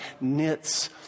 knits